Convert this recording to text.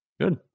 Good